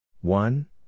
one